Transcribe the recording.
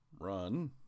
run